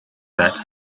that